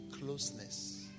closeness